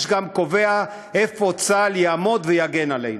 גם קובע איפה צה"ל יעמוד ויגן עלינו.